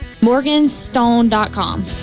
Morganstone.com